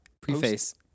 preface